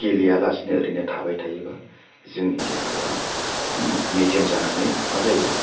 गेलेयालासिनो ओरैनो थाबाय थायोबा जोंनि देहाया मेजेम जानानै मा जायो